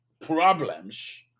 problems